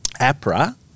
APRA